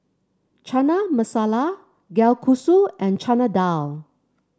Chana Masala Kalguksu and Chana Dal